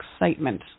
excitement